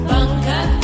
Bunker